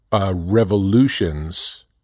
Revolutions